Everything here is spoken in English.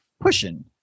Pushing